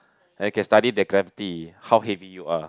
I can study that gravity how heavy you are